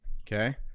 okay